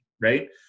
right